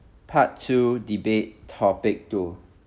part two debate topic two